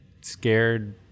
scared